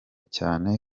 cyane